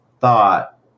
thought